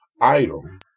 item